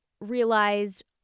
realized